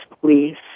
Please